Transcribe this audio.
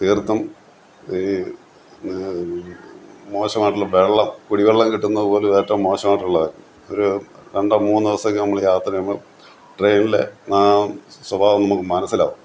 തീർത്തും ഈ മോശമായിട്ടുള്ള വെള്ളം കുടിവെള്ളം കിട്ടുന്ന പോലും ഏറ്റവും മോശമായിട്ടുള്ളത് ഒരു രണ്ടോ മൂന്നോ ദിവസം ഒക്കെ നമ്മൾ യാത്ര ചെയ്യുമ്പോള് ട്രെയിനിലെ ആ സ്വഭാവം നമുക്ക് മനസ്സിലാവും